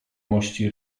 mości